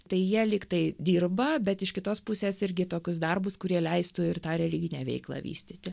tai jie lyg tai dirba bet iš kitos pusės irgi tokius darbus kurie leistų ir tą religinę veiklą vystyti